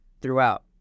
throughout